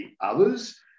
Others